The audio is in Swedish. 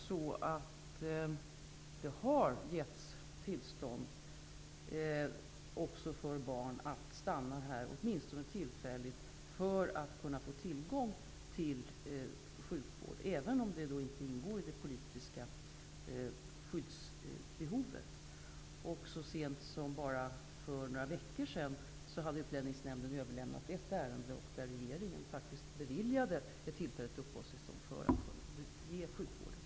Det har emellertid givits tillstånd också för barn att stanna här åtminstone tillfälligt för att de skall kunna få tillgång till sjukvård, även om detta inte ingår i det politiska skyddsbehovet. Så sent som bara för några veckor sedan hade Utlänningsnämnden överlämnat ett ärende. Regeringen beviljade i det fallet ett tillfälligt uppehållstillstånd just för att ge sjukvård.